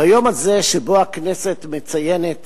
ביום הזה שבו הכנסת מציינת